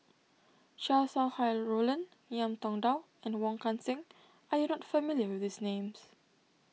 Chow Sau Hai Roland Ngiam Tong Dow and Wong Kan Seng are you not familiar with these names